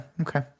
okay